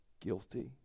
guilty